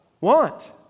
Want